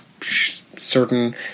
certain